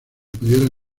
pudiera